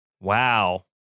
Wow